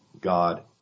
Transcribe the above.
God